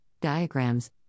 diagrams